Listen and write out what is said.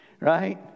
right